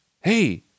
hey